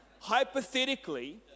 hypothetically